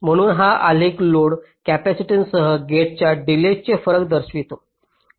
म्हणून हा आलेख लोड कॅपेसिटन्ससह गेटच्या डिलेजचे फरक दर्शवितो